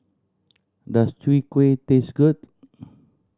does Chwee Kueh taste good